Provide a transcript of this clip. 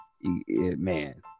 man